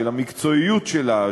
של המקצועיות שלה,